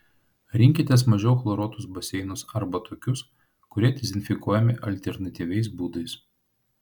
rinkitės mažiau chloruotus baseinus arba tokius kurie dezinfekuojami alternatyviais būdais